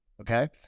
okay